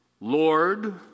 Lord